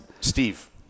Steve